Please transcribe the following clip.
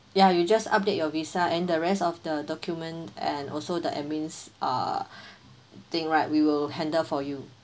ya you just update your visa and the rest of the document and also the admin uh thing right we will handle for you